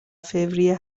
فوریه